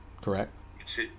correct